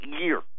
year